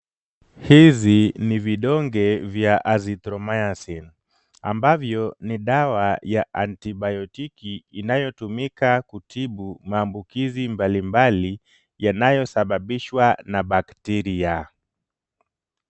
Hizi ni vidonge vya azithromycin ambavyo ni dawa ya antibiotiki inayotumika kutibu maambukizi mbalimbali yanayosababishwa na bacteria .